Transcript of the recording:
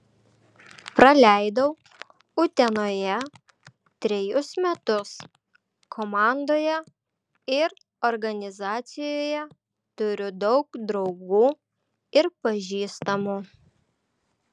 praleidau utenoje trejus metus komandoje ir organizacijoje turiu daug draugų ir pažįstamų